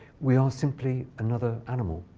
we are simply another animal.